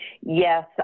yes